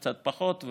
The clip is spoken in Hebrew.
קצת פחות,